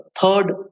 Third